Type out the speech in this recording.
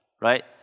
right